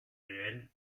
réels